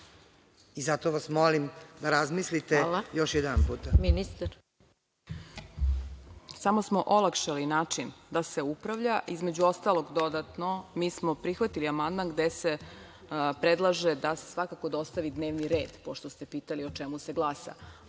Zato vas molim da razmislite još jednom.